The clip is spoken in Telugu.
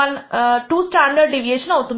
1 2 స్టాండర్డ్ డీవియేషన్ అవుతుంది